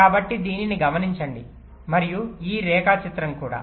కాబట్టి దీనిని గమనించండి మరియు ఈ రేఖాచిత్రం కూడా